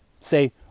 Say